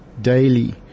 daily